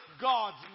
God's